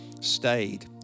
stayed